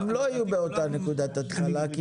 אז הם לא יהיו באותה נקודת התחלה כי